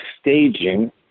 staging